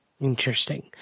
Interesting